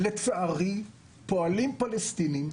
הפועלים הפלסטינים,